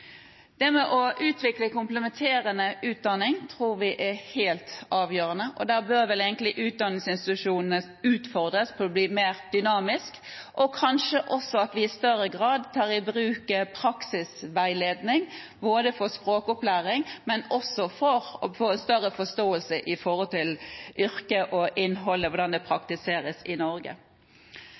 Å utvikle komplementerende utdanning tror vi er helt avgjørende, og der bør vel egentlig utdanningsinstitusjonene utfordres til å bli mer dynamiske. Kanskje bør vi også i større grad ta i bruk praksisveiledning, både for språkopplæring og for å få større forståelse for yrket, med tanke på innhold og hvordan det praktiseres i Norge.